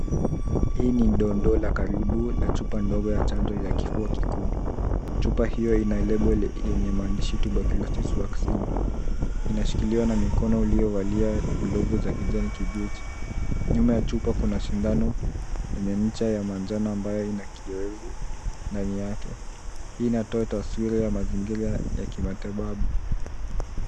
Hii ni dondoo la karibu he chupa ndogo ya chanjo ya kifua kikuu. Chupa hiyo ina label yenye maandishi tuberculosis vaccine .Inashikiliwa na mkono uliovalia glovu za kijani kibichi. Nyuma ya chupa kuna shindano yenye ncha ya manjano ambayo ina kiowevu ndani yake. Hii inatoa taswira ya mazingira ya kimatibabu.